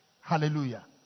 Hallelujah